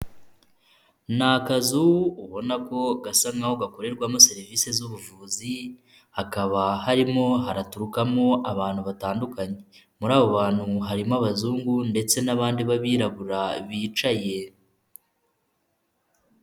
Ni akazu ubona ko gasa nk'aho gakorerwamo serivisi z'ubuvuzi, hakaba harimo haraturukamo abantu batandukanye, muri abo bantu harimo abazungu ndetse n'abandi b'abirabura bicaye.